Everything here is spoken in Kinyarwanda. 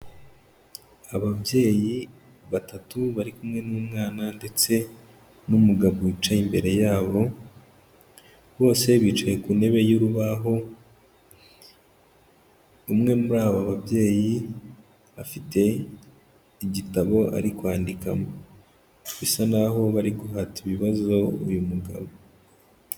Ababyeyi batatu bari kumwe n'umwana ndetse n'umugabo wicaye imbere yabo, bose bicaye ku ntebe y'urubaho, umwe muri aba babyeyi, afite igitabo ari kwandikamo bisa n'aho bari guhata ibibazo uyu mugabo.